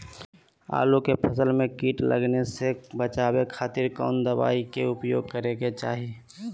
आलू के फसल में कीट लगने से बचावे खातिर कौन दवाई के उपयोग करे के चाही?